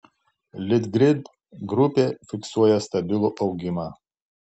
litgrid grupė fiksuoja stabilų augimą